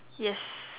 yes